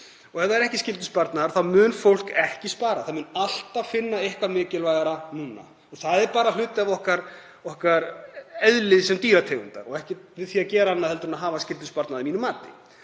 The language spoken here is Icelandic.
Og ef það er ekki skyldusparnaður þá mun fólk ekki spara. Það mun alltaf finna eitthvað annað mikilvægara og það er bara hluti af okkar eðli sem dýrategundar og ekkert við því að gera annað en að hafa skyldusparnað að mínu mati.